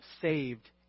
saved